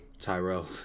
Tyrell